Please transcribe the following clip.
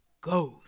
goes